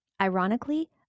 Ironically